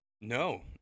No